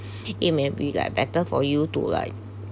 it maybe like better for you to like